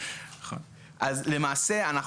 אז למעשה אני